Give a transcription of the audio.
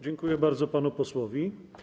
Dziękuję bardzo panu posłowi.